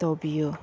ꯇꯧꯕꯤꯌꯣ